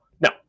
no